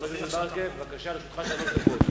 חבר הכנסת ברכה, בבקשה, לרשותך שלוש דקות.